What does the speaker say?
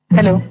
Hello